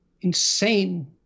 insane